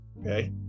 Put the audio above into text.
Okay